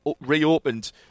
reopened